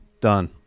Done